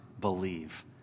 believe